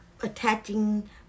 attaching